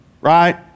right